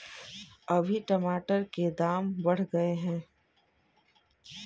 अभी टमाटर के दाम बढ़ गए